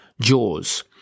Jaws